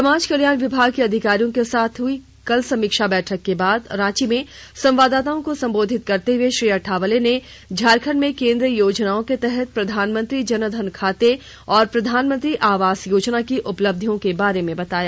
समाज कल्याण विभाग के अधिकारियों के साथ कल हुई समीक्षा बैठक के बाद रांची में संवाददाताओं को सम्बोधित करते हुए श्री अठावले ने झारखंड में केन्द्रीय योजनाओं के तहत प्रधानमंत्री जनधन खाते और प्रधानमंत्री आवास योजना की उपलब्धियों के बारे में बताया